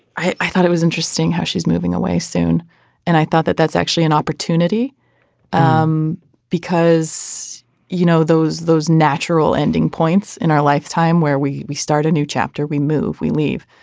i i thought it was interesting how she's moving away soon and i thought that that's actually an opportunity um because you know those those natural ending points in our lifetime where we we start a new chapter we move we leave.